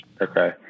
Okay